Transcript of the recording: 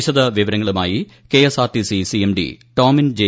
വിശദവിവരങ്ങളുമായി KSRTC CMD Tomin J